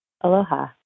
aloha